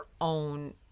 own